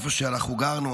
איפה שאנחנו גרנו,